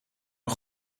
een